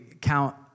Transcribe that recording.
count